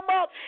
up